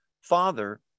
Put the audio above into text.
father